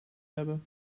hebben